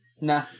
nah